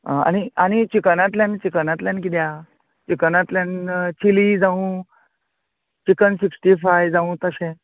आं आनी आनीक चिकनांतल्यान चिकनांतल्यान किदें आसा चिकनांतल्यान चिली जावू चिकन स्किक्टी फाव जावू तशें